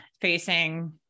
facing